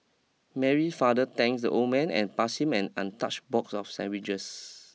Mary father thank the old man and pass him an untouched box of sandwiches